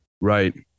right